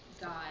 God